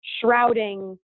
shrouding